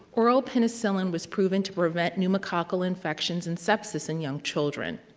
oral penicillin was proven to prevent pneumococcal infections and sepsis in young children.